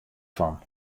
fan